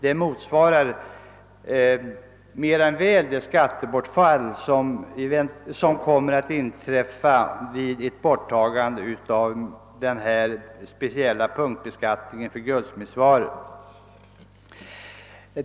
Det motsvarar mer än väl det skattebortfall som skulle inträffa vid ett borttagande av den speciella punktbeskattningen för guldsmedsvaror.